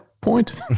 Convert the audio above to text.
point